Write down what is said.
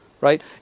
right